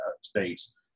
States